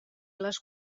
les